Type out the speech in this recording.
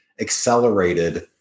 accelerated